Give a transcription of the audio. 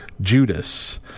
Judas